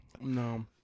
no